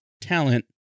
talent